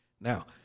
Now